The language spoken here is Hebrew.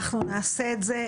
אנחנו נעשה את זה.